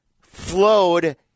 flowed